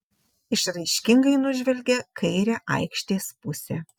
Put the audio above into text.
išraiškingai nužvelgė kairę aikštės pusę